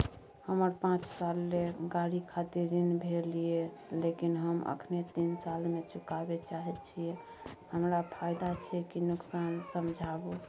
हमर पाँच साल ले गाड़ी खातिर ऋण भेल ये लेकिन हम अखने तीन साल में चुकाबे चाहे छियै हमरा फायदा छै की नुकसान समझाबू?